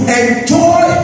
enjoy